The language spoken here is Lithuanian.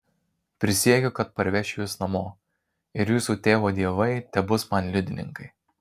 prisiekiu kad parvešiu jus namo ir jūsų tėvo dievai tebus man liudininkai